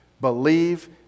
Believe